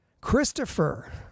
Christopher